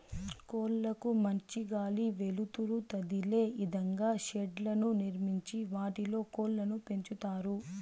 కోళ్ళ కు మంచి గాలి, వెలుతురు తదిలే ఇదంగా షెడ్లను నిర్మించి వాటిలో కోళ్ళను పెంచుతారు